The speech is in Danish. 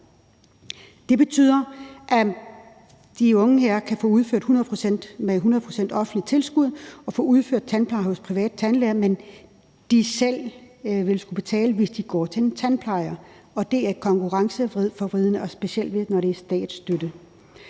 Det betyder, at de unge her med 100 pct. offentligt tilskud kan få udført tandpleje hos private tandlæger, men de selv vil skulle betale, hvis de går til en tandplejer, og det er konkurrenceforvridende, og specielt når det er statsstøtte.